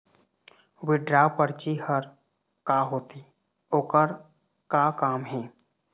Withdraw परची हर का होते, ओकर का काम हे?